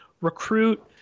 recruit